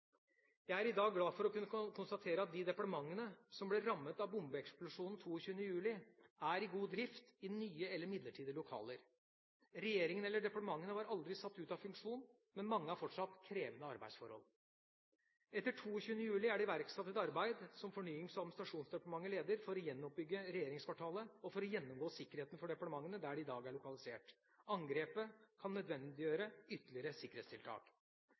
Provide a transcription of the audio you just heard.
Jeg er i dag glad for å kunne konstatere at de departementene som ble rammet av bombeeksplosjonen 22. juli, er i god drift i nye eller midlertidige lokaler. Regjeringa eller departementene var aldri satt ut av funksjon, men mange har fortsatt krevende arbeidsforhold. Etter 22. juli er det iverksatt et arbeid som Fornyings- og administrasjonsdepartementet leder, for å gjenoppbygge regjeringskvartalet og for å gjennomgå sikkerheten for departementene der de i dag er lokalisert. Angrepet kan nødvendiggjøre ytterligere sikkerhetstiltak.